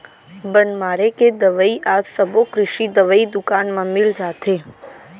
बन मारे के दवई आज सबो कृषि दवई दुकान म मिल जाथे